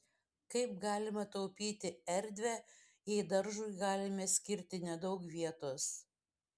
kaip galima taupyti erdvę jei daržui galime skirti nedaug vietos